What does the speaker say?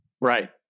Right